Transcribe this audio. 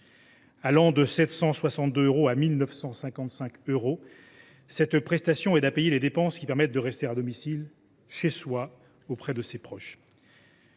allant de 762 à 1 955 euros, cette prestation aide à payer les dépenses qui permettent de rester à domicile, chez soi, auprès de ses proches.